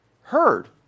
heard